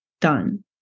Done